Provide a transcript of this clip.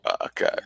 Okay